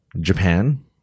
Japan